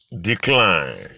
Decline